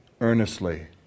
earnestly